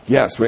Yes